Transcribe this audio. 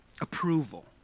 approval